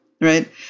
right